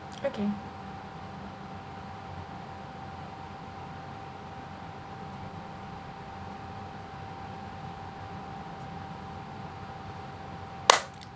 okay